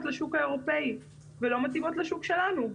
לשוק האירופי ולא מתאימות לשוק שלנו.